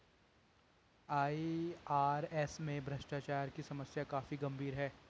IRS में भ्रष्टाचार की समस्या काफी गंभीर है